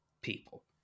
people